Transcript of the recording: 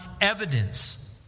evidence